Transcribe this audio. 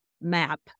map